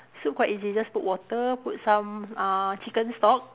soup quite easy just put water put some uh chicken stock